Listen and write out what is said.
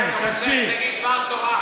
הרב גפני רוצה שתגיד דבר תורה.